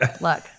look